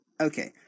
Okay